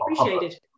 appreciated